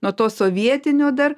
nuo to sovietinio dar